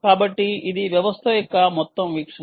కాబట్టి ఇది వ్యవస్థ యొక్క మొత్తం వీక్షణ